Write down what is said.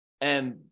And-